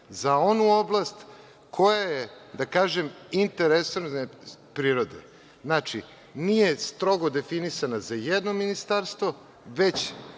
za onu oblast koja je, da kažem, inter-resorne prirode. Znači, nije strogo definisana za jedno ministarstvo, već